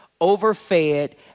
overfed